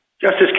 Justice